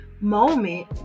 moment